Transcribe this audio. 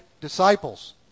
disciples